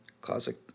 classic